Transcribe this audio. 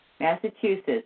Massachusetts